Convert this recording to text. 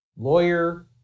lawyer